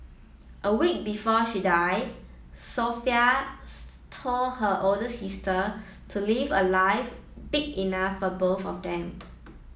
a week before she died Sophie is told her older sister to live a life big enough for both of them